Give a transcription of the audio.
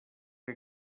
que